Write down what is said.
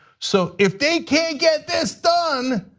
so if they can't get this done,